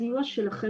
הסיוע שלכם